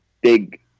big